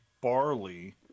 barley